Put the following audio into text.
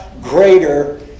greater